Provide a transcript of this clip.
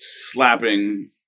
Slapping